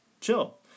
chill